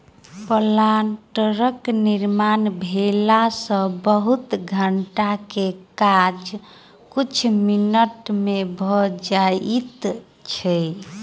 प्लांटरक निर्माण भेला सॅ बहुत घंटा के काज किछ मिनट मे भ जाइत छै